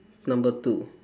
number two